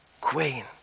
queen